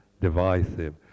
divisive